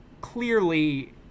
clearly